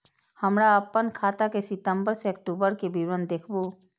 हमरा अपन खाता के सितम्बर से अक्टूबर के विवरण देखबु?